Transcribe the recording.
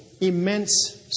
immense